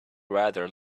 rather